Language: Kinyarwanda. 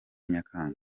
nyakanga